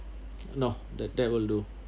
no that that will do